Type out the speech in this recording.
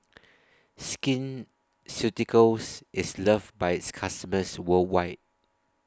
Skin Ceuticals IS loved By its customers worldwide